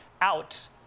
out